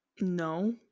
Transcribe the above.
no